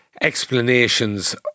explanations